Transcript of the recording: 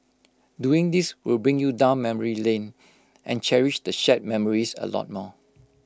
doing this will bring you down memory lane and cherish the shared memories A lot more